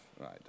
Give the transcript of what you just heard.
right